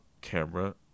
camera